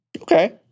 Okay